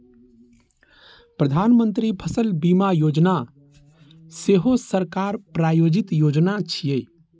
प्रधानमंत्री फसल बीमा योजना सेहो सरकार प्रायोजित योजना छियै